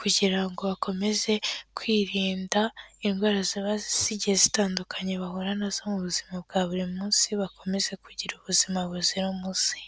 kugira ngo bakomeze kwirinda indwara ziba zigiye zitandukanye bahura nazo mu buzima bwa buri munsi, bakomeze kugira ubuzima buzira umuze.